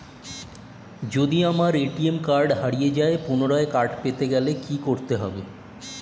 যদি আমার ATM card হারিয়ে যায় পুনরায় কার্ড পেতে গেলে কি করতে হবে?